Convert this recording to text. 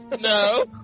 no